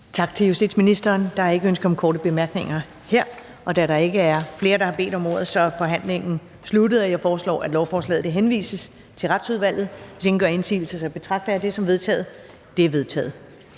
Tak til justitsministeren. Der er ikke ønske om korte bemærkninger her. Da der ikke er flere, der har bedt om ordet, er forhandlingen sluttet. Jeg foreslår, at lovforslaget henvises til Retsudvalget. Hvis ingen gør indsigelse, betragter jeg det som vedtaget. Det er vedtaget.